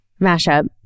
mashup